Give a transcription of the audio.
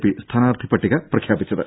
P സ്ഥാനാർഥി പട്ടിക പ്രഖ്യാപിച്ചത്